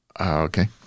Okay